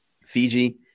Fiji